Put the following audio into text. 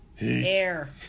Air